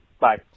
Bye